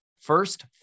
first